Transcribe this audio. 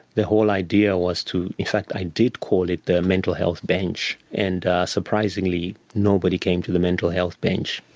the whole idea was to, in fact i did call it the mental health bench, and surprisingly nobody came to the mental health bench.